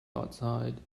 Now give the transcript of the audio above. outside